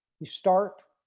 you start